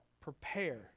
prepare